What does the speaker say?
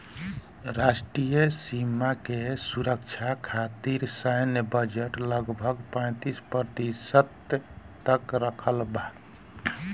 राष्ट्रीय सीमा के सुरक्षा खतिर सैन्य बजट लगभग पैंतीस प्रतिशत तक रखल बा